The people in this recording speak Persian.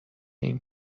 این